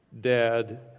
dad